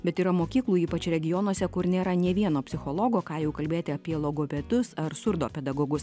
bet yra mokyklų ypač regionuose kur nėra nė vieno psichologo ką jau kalbėti apie logopedus ar surdopedagogus